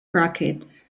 crockett